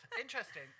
Interesting